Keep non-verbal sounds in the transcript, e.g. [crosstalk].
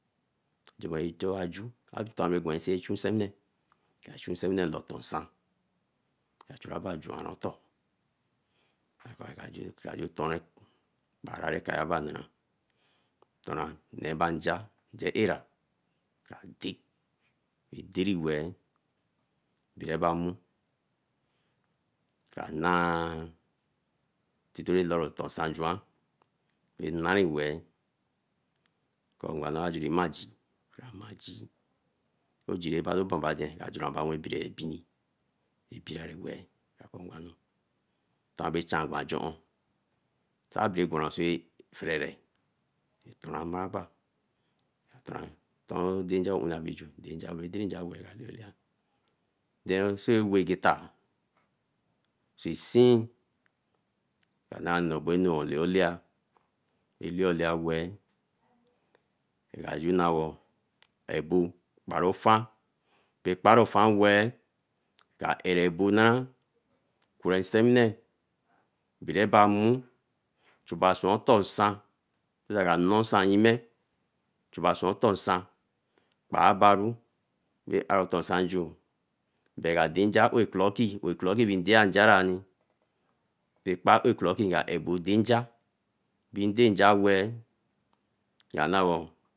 Nten aju, nton abere gwan tin ohu nsewine, kra chu nsewine loo otor nsan, kra churaba juan otor [unintelligible] gbarekareba nara, tona neeba nja eara, ka dey, weeh deeri weeh, bireba nmu kra nah [hesitation] tere lor otor nsah juan, bay nari weeh, kara see mai jii, ojii rah banban aden nka pien abieni, a bierai weeh. Nten abera chan gwan ajor on, say bae gwaran sah churere, oton danger abera ju. Soe weeh egeta, insen ka na olao laya, a lao laya weeh, nga ju na wo, abo kpari-ofan, bae kpariofan weeh, nka erebo na, kure sewine, bireba mu, chuba swen otor nsar so that eba noor nsan yime, kpabaru re aru otor nsan ju. Ba danja ore doki, ndera njaro ni, been danja weeh nga na wo.